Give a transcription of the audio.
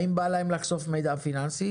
האם בא להם לחשוף מידע פיננסי?